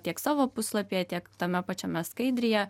tiek savo puslapyje tiek tame pačiame skaidryje